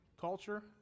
culture